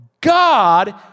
God